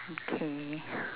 okay